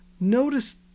Notice